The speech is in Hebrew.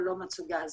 ולא מצאו גז.